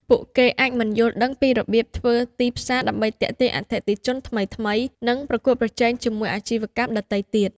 ពួកគេអាចមិនយល់ដឹងពីរបៀបធ្វើទីផ្សារដើម្បីទាក់ទាញអតិថិជនថ្មីៗ និងប្រកួតប្រជែងជាមួយអាជីវកម្មដទៃទៀត។